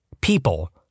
People